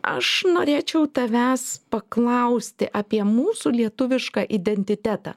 aš norėčiau tavęs paklausti apie mūsų lietuvišką identitetą